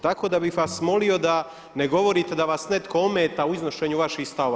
Tako da bih vas molio da ne govorite da vas netko ometa u iznošenju vaših stavova.